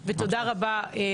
וואו.